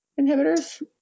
inhibitors